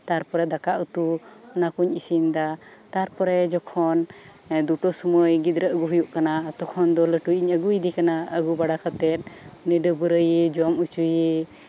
ᱛᱟᱨᱯᱚᱨᱮ ᱫᱟᱠᱟ ᱩᱛᱩ ᱚᱱᱟ ᱠᱚᱧ ᱤᱥᱤᱱ ᱫᱟ ᱛᱟᱨᱯᱚᱨᱮ ᱡᱚᱠᱷᱚᱱ ᱫᱩᱴᱳ ᱥᱚᱢᱚᱭ ᱜᱤᱫᱽᱨᱟᱹ ᱟᱜᱩᱭᱮ ᱦᱩᱭᱩᱜ ᱠᱟᱱᱟ ᱛᱚᱠᱷᱚᱱ ᱫᱚ ᱞᱟᱹᱴᱤᱭᱤᱡ ᱟᱹᱜᱩᱭᱮᱫᱮ ᱠᱟᱱᱟ ᱩᱱᱤ ᱰᱟᱹᱵᱽᱨᱟᱹᱭᱮ ᱡᱚᱢ ᱦᱚᱪᱚᱭᱮ